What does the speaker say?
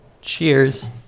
Cheers